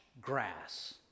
grass